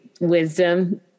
wisdom